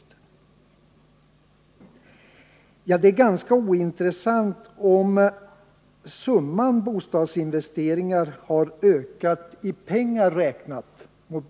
Ja, men det är, mot bakgrund av den inflation som vi har, ganska ointressant om summan av bostadsinvesteringarna har ökat i pengar räknat.